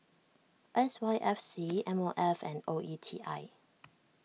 S Y F C M O F and O E T I